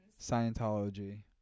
scientology